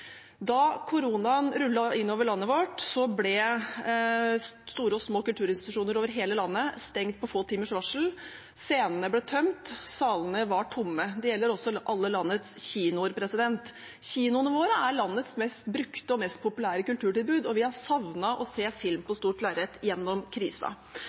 Da koronaen rullet inn over landet vårt, ble store og små kulturinstitusjoner over hele landet stengt på få timers varsel. Scenene ble tømt, salene var tomme. Det gjelder også alle landets kinoer. Kinoene våre er landets mest brukte og mest populære kulturtilbud, og vi har savnet å se film på